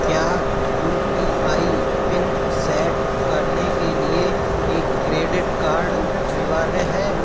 क्या U P I PIN set करने के लिए एक क्रेडिट कार्ड अनिवार्य है